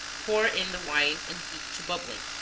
pour in the wine and heat to bubbling,